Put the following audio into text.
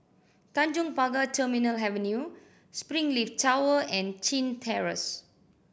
Tanjong Pagar Terminal Avenue Springleaf Tower and Chin Terrace